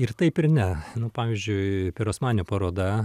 ir taip ir ne nu pavyzdžiui pirosmani paroda